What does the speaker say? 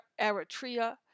Eritrea